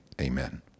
Amen